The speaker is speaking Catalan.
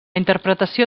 interpretació